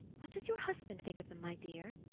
what does your husband think of them, my dear?